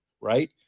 right